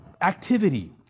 activity